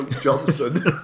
Johnson